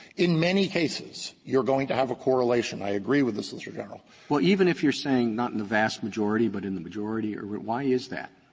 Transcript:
in many cases, you're going to have a correlation i agree with the solicitor general. roberts well, even if you're saying not in the vast majority, but in the majority, or why is that?